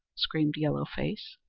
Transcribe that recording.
screamed yellow face.